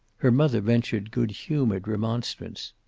her mother ventured good-humored remonstrance.